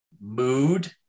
mood